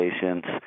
patient's